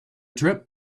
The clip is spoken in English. trip